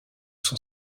son